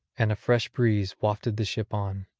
and a fresh breeze wafted the ship on.